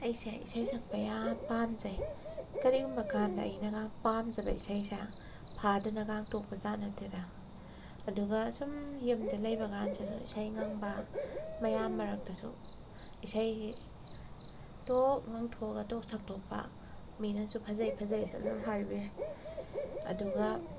ꯑꯩꯁꯦ ꯏꯁꯩ ꯁꯛꯄ ꯌꯥꯝꯅ ꯄꯥꯝꯖꯩ ꯀꯔꯤꯒꯨꯝꯕ ꯀꯥꯟꯗ ꯑꯩꯅꯒ ꯄꯥꯝꯖꯕ ꯏꯁꯩꯁꯦ ꯐꯥꯗꯅꯒ ꯇꯣꯛꯄ ꯖꯥꯠ ꯅꯠꯇꯦꯗ ꯑꯗꯨꯒ ꯑꯁꯨꯝ ꯌꯨꯝꯗ ꯂꯩꯕ ꯀꯥꯟꯁꯤꯗ ꯏꯁꯩꯉꯪꯕ ꯃꯌꯥꯝ ꯃꯔꯛꯇꯁꯨ ꯏꯁꯩ ꯇꯣꯛ ꯉꯪꯊꯣꯛꯑꯒ ꯇꯣꯛ ꯁꯛꯇꯣꯛꯄꯥ ꯃꯤꯅꯁꯨ ꯐꯖꯩ ꯐꯖꯩ ꯑꯁꯨꯁꯨꯝ ꯍꯥꯏꯕꯤ ꯑꯗꯨꯒ